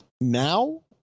now